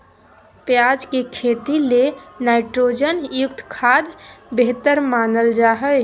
प्याज के खेती ले नाइट्रोजन युक्त खाद्य बेहतर मानल जा हय